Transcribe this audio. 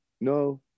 No